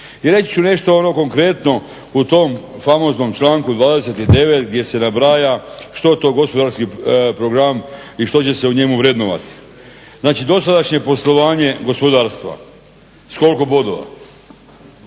I reći ću nešto ono konkretno u tom famoznom članku 29. gdje se nabraja što je to gospodarski program i što će se u njemu vrednovati. Znači, dosadašnje poslovanje gospodarstva. S koliko bodova?